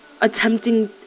attempting